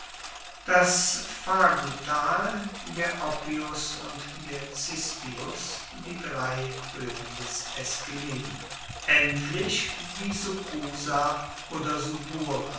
das fagutal der oppius und der cispius die drei hoehen des esquilin endlich die sucsa oder